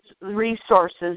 resources